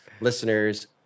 listeners